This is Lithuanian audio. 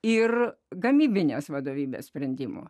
ir gamybinės vadovybės sprendimų